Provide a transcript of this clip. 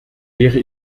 wäre